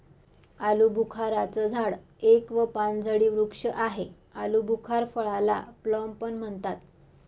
आलूबुखारा चं झाड एक व पानझडी वृक्ष आहे, आलुबुखार फळाला प्लम पण म्हणतात